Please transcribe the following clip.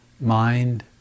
mind